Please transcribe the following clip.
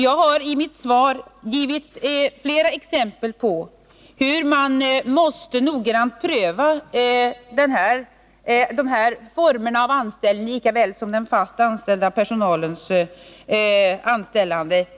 Jag har i mitt svar givit flera exempel på att man utifrån denna utgångspunkt noggrant måste pröva anställning av det här slaget lika väl som den fast anställda personalens anställning.